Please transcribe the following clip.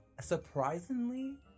surprisingly